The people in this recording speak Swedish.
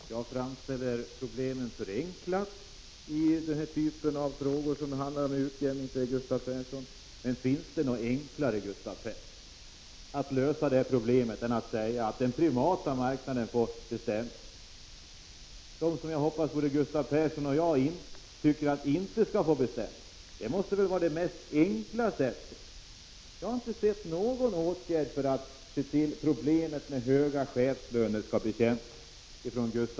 Fru talman! Jag framställer problemen förenklat när det gäller frågor om utjämning, säger Gustav Persson. Men finns det något enklare sätt att lösa detta problem än genom att säga att den privata marknaden får bestämma? 105 Jag hade hoppats att Gustav Persson liksom jag skulle tycka att denna inte skall få bestämma. Jag har inte sett något förslag från Gustav Persson inriktat på bekämpning av problemet med höga chefslöner.